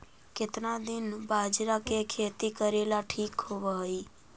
केतना दिन बाजरा के खेती करेला ठिक होवहइ?